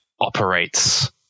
operates